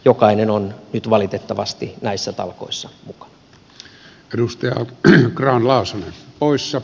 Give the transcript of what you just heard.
jokainen on nyt valitettavasti näissä talkoissa mukana